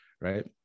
right